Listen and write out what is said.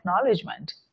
acknowledgement